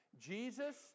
Jesus